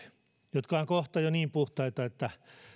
jotka ovat kohta jo niin puhtaita että